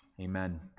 Amen